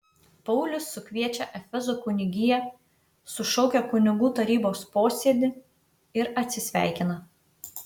paulius sukviečia efezo kunigiją sušaukia kunigų tarybos posėdį ir atsisveikina